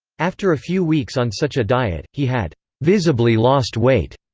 after a few weeks on such a diet, he had visibly lost weight,